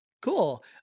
Cool